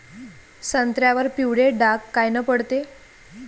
संत्र्यावर पिवळे डाग कायनं पडते?